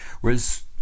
Whereas